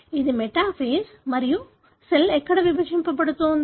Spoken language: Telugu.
ఇది మెటాఫేస్ మరియు సెల్ ఇక్కడ విభజించబడుతోంది